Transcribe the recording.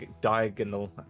diagonal